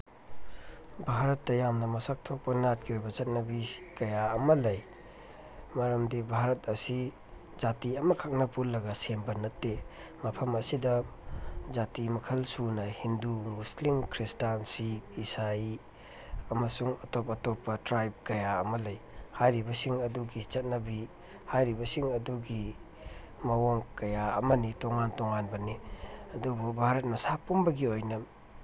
ꯚꯥꯔꯠꯇ ꯌꯥꯝꯅ ꯃꯁꯛ ꯊꯣꯛꯄ ꯅꯥꯠꯀꯤ ꯑꯣꯏꯕ ꯆꯠꯅꯕꯤ ꯀꯌꯥ ꯑꯃ ꯂꯩ ꯃꯔꯝꯗꯤ ꯚꯥꯔꯠ ꯑꯁꯤ ꯖꯥꯇꯤ ꯑꯃꯈꯛꯅ ꯄꯨꯜꯂꯒ ꯁꯦꯝꯕ ꯅꯠꯇꯦ ꯃꯐꯝ ꯑꯁꯤꯗ ꯖꯥꯇꯤ ꯃꯈꯜ ꯁꯨꯅ ꯍꯤꯟꯗꯨ ꯃꯨꯁꯂꯤꯝ ꯈ꯭ꯔꯤꯁꯇꯥꯟ ꯁꯤꯈ ꯏꯁꯥꯏ ꯑꯃꯁꯨꯡ ꯑꯇꯣꯞ ꯑꯇꯣꯞꯄ ꯇ꯭ꯔꯥꯏꯞ ꯀꯌꯥ ꯑꯃ ꯂꯩ ꯍꯥꯏꯔꯤꯕꯁꯤꯡ ꯑꯗꯨꯒꯤ ꯆꯠꯅꯕꯤ ꯍꯥꯏꯔꯤꯕꯁꯤꯡ ꯑꯗꯨꯒꯤ ꯃꯑꯣꯡ ꯀꯌꯥ ꯑꯃꯅꯤ ꯇꯣꯉꯥꯟ ꯇꯣꯉꯥꯟꯕꯅꯤ ꯑꯗꯨꯕꯨ ꯚꯥꯔꯠ ꯃꯁꯥ ꯄꯨꯝꯕꯒꯤ ꯑꯣꯏꯅ